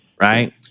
right